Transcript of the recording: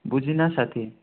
बुझिन साथी